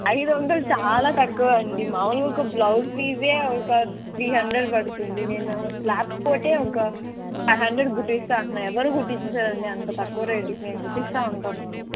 ఐదు వందలు చాలా తక్కువ అండి మాములుగా ఒక బ్లౌస్ పీస్ ఒక త్రీ హండ్రెడ్ పడుతుంది నేను ల్యాబ్ కోట్ ఒక ఫైవ్ హండ్రెడ్కి కుట్టిస్తాను అంటున్న ఎవరు కుట్టించరండి అంత తక్కువ రేటుకి నేను కుట్టిస్తాను అంటున్నాను